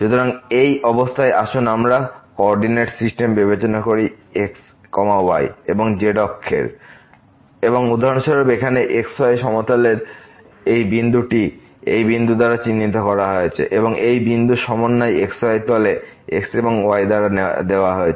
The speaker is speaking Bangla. সুতরাং এই অবস্থায় আসুন আমরা কোঅরডিনেট সিস্টেম বিবেচনা করি x y এবং z অক্ষের এবং উদাহরণস্বরূপ এখানে xy সমতলের এই বিন্দুটি টি এই বিন্দু দ্বারা চিহ্নিত করা হয়েছে এবংএই বিন্দুর সমন্বয় xy সমতলে x এবং y দ্বারা দেওয়া হয়েছে